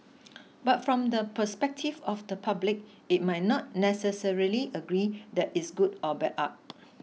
but from the perspective of the public it might not necessarily agree that it's good or bad art